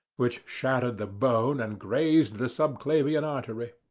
which shattered the bone and grazed the subclavian artery.